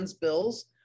bills